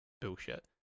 bullshit